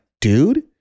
dude